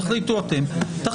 תחילו את הנוהל.